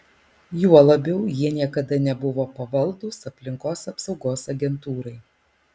juo labiau jie niekada nebuvo pavaldūs aplinkos apsaugos agentūrai